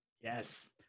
Yes